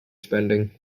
spending